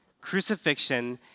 Crucifixion